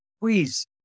please